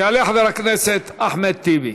יעלה חבר הכנסת אחמד טיבי.